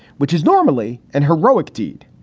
which is normally and heroic deed.